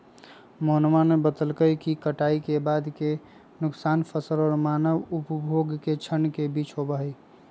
मोहनवा ने बतल कई कि कटाई के बाद के नुकसान फसल और मानव उपभोग के क्षण के बीच होबा हई